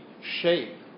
shape